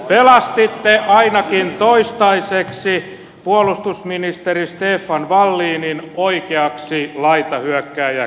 pelastitte ainakin toistaiseksi puolustusministeri stefan wallinin oikeaksi laitahyökkääjäksenne